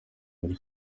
muri